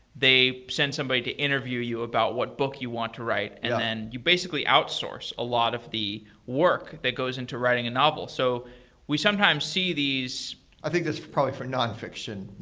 they send somebody to interview you about what book you want to write, and then you basically outsource a lot of the work that goes into writing a novel. so we sometimes see these i think that's probably for nonfiction,